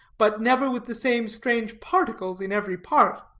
but never with the same strange particles in every part.